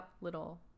little